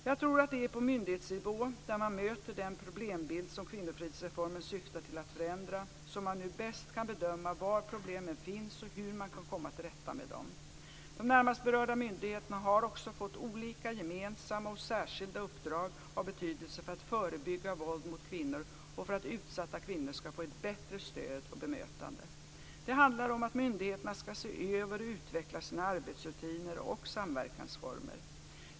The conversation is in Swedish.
Jag tror att det är på myndighetsnivå, där man möter den problembild som kvinnofridsreformen syftar till att förändra, som man nu bäst kan bedöma var problemen finns och hur man kan komma till rätta med dem. De närmast berörda myndigheterna har också fått olika gemensamma och särskilda uppdrag av betydelse för att förebygga våld mot kvinnor och för att utsatta kvinnor ska få ett bättre stöd och bemötande. Det handlar om att myndigheterna ska se över och utveckla sina arbetsrutiner och samverkansformer.